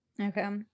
Okay